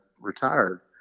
retired